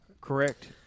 correct